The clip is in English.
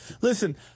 Listen